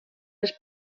les